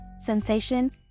sensation